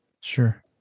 Sure